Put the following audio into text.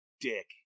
dick